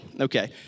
okay